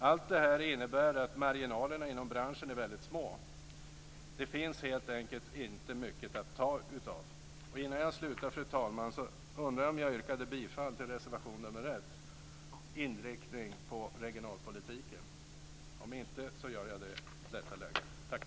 Allt detta innebär att marginalerna inom branschen är väldigt små. Det finns helt enkelt inte mycket att ta av. Fru talman! Innan jag slutar undrar jag om jag yrkade bifall till reservation 1 Allmän inriktning av regionalpolitiken? Om inte, så gör jag det i detta läge.